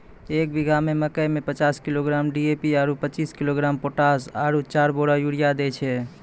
एक बीघा मे मकई मे पचास किलोग्राम डी.ए.पी आरु पचीस किलोग्राम पोटास आरु चार बोरा यूरिया दैय छैय?